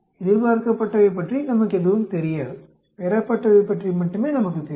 எதிர்பார்க்கப்பட்டவை பற்றி நமக்கு எதுவும் தெரியாது பெறப்பட்டவை பற்றி மட்டுமே நமக்குத் தெரியும்